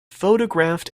photographed